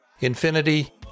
Infinity